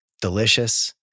delicious